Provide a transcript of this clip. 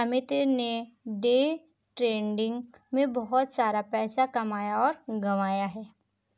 अमित ने day trading में बहुत सारा पैसा कमाया और गंवाया है